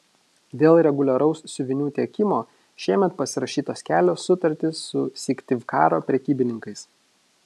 dėl reguliaraus siuvinių tiekimo šiemet pasirašytos kelios sutartys su syktyvkaro prekybininkais